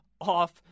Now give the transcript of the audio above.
Off